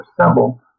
assemble